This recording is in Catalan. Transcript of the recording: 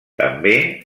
també